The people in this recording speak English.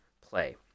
play